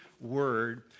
word